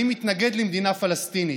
אני מתנגד למדינה פלסטינית,